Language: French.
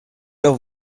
heure